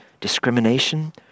discrimination